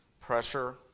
pressure